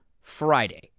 Friday